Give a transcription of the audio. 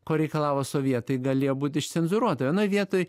ko reikalavo sovietai galėjo būt išcenzūruota vienoj vietoj